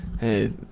Hey